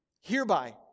Hereby